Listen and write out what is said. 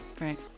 right